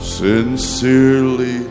sincerely